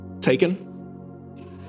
Taken